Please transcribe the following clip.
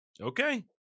Okay